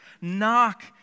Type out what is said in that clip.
Knock